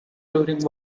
during